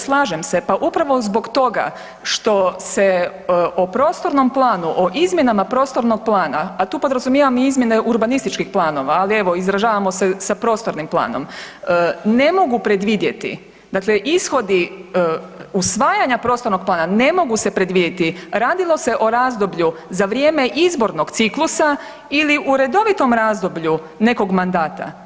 Slažem se, pa upravo zbog toga što se o Prostornom planu o izmjenama Prostornog plana, a tu podrazumijevam i izmjene urbanističkih planova, ali evo izražavamo se sa Prostornim planom, ne mogu predvidjeti, dakle ishodi usvajanja Prostornog plana, ne mogu se predvidjeti, radilo se o razdoblju za vrijeme izbornog ciklusa ili u redovitom razdoblju nekog mandata.